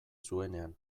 zuenean